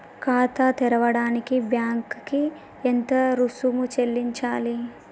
ఖాతా తెరవడానికి బ్యాంక్ కి ఎంత రుసుము చెల్లించాలి?